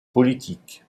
politiques